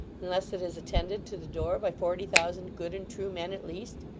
unless it is attended to the door by forty thousand good and true men at least?